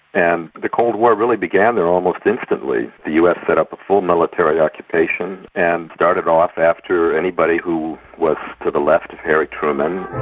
and the cold war really began there almost instantly. the us set up a full military occupation and started off after anybody who was to the left of harry truman.